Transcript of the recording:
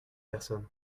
personne